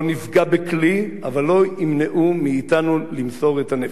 לא נפגע בכלי, אבל לא ימנעו מאתנו למסור את הנפש.